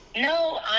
no